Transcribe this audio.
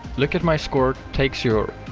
lookatmyscore takes your